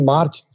March